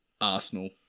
Arsenal